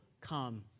come